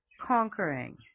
conquering